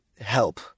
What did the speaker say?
help